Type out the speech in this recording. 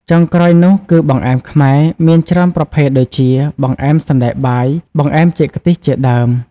ចុងក្រោយនោះគឺ បង្អែមខ្មែរ មានច្រើនប្រភេទដូចជា បង្អែមសណ្តែកបាយ បង្អែមចេកខ្ទិះ ជាដើម ។